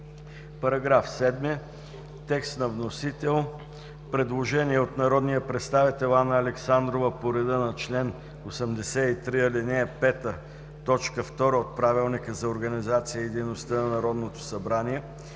Параграф 8. Текст на вносител и предложение от народния представител Анна Александрова по реда на чл. 83, ал. 5, т. 2 от Правилника за организацията и дейността на Народното събрание.